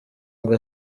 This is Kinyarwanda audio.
ngo